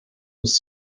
muss